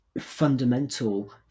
fundamental